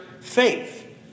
faith